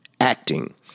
acting